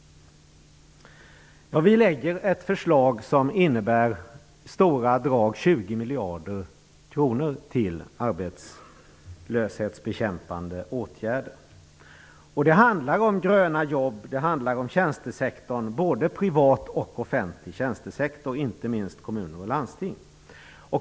Vi lägger fram ett förslag som i stora drag innebär 20 miljarder kronor till arbetslöshetsbekämpande åtgärder. Det handlar om gröna jobb. Det handlar om både privat och offentlig tjänstesektor, inte minst kommuner och landsting.